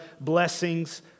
blessings